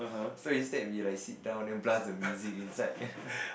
so instead we like sit down then blast the music inside